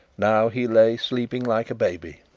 now he lay sleeping like a baby,